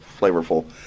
flavorful